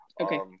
Okay